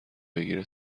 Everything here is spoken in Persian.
بگیره